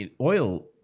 oil